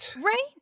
Right